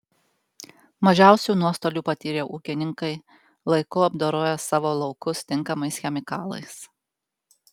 mažiausių nuostolių patyrė ūkininkai laiku apdoroję savo laukus tinkamais chemikalais